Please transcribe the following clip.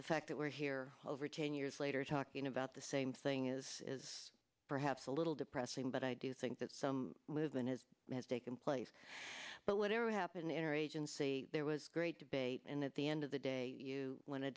the fact that we're here over ten years later talking about the same thing is perhaps a little depressing but i do think that some movement has taken place but whatever happened interagency there was great debate and at the end of the day you w